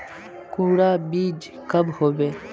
कुंडा बीज कब होबे?